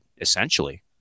essentially